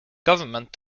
government